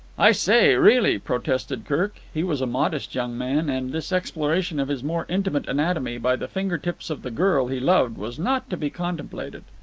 i say, really! protested kirk. he was a modest young man, and this exploration of his more intimate anatomy by the finger-tips of the girl he loved was not to be contemplated.